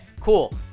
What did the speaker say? cool